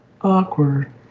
Awkward